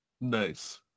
Nice